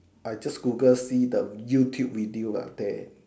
I just Google see the YouTube video lah there